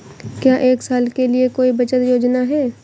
क्या एक साल के लिए कोई बचत योजना है?